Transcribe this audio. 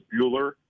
Bueller